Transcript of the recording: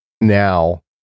now